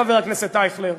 חבר הכנסת אייכלר.